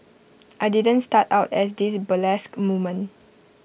I didn't start out as this burlesque woman